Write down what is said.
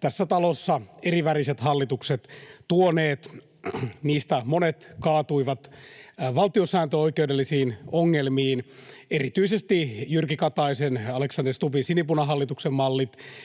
tässä talossa eriväriset hallitukset tuoneet. Niistä monet kaatuivat valtiosääntöoikeudellisiin ongelmiin. Erityisesti Jyrki Kataisen ja Alexander Stubbin sinipunahallituksen